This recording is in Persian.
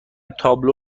تابلو